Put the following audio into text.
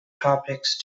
topics